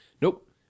Nope